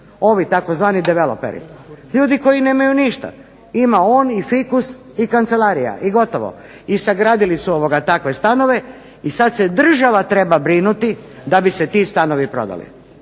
ovi tzv. developeri, ljudi koji nemaju ništa. Ima on i fikus i kancelarija i gotovo. I sagradili su takve stanove i sad se država treba brinuti da bi se ti stanovi prodali.